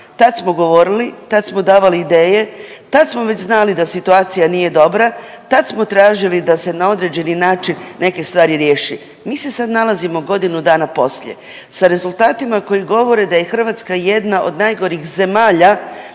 tad smo govorili, tad smo davali ideje, tad smo već znali da situacija nije dobra, tad smo tražili da se na određeni način neke stvari riješi. Mi se sad nalazimo godinu dana poslije sa rezultatima koji govore da je Hrvatska jedna od najgorih zemalja